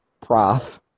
prof